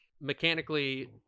mechanically